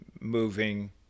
moving